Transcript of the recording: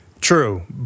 True